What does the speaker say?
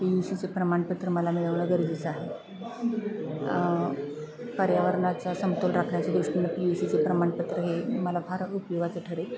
P U सीचे प्रमाणपत्र मला मिळवणं गरजेचं आहे पर्यावरणाचा समतोल राखण्याच्यादृष्टीनं पी यू सीचे प्रमाणपत्र हे मला फार उपयोगाचं ठरेल